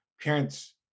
parents